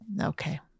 okay